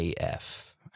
AF